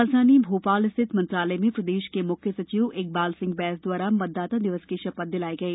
राजधानी भोपाल स्थित मंत्रालय में प्रदेश के मुख्य सचिव इकबाल सिंह बैंस द्वारा मतदाता दिवस की शपथ दिलाई गई